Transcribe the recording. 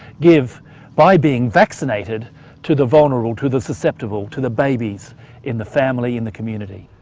give by being vaccinated to the vulnerable, to the susceptible, to the babies in the family, in the community.